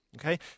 Okay